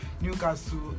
Newcastle